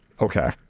Okay